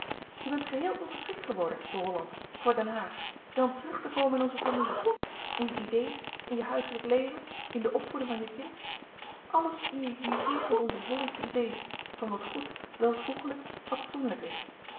je bent geheel ongeschikt geworden voor holland voor den haag en om terug te komen in onze familie in je idees in je huiselijk leven in de opvoeding van je kind alles in je jureert met onze hollandsche idees van wat goed welvoegelijk louis couperus de boeken der kleine zielen fatsoenlijk is